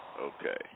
okay